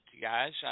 guys